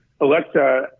Alexa